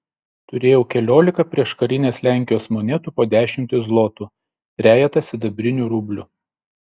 turėjau keliolika prieškarinės lenkijos monetų po dešimtį zlotų trejetą sidabrinių rublių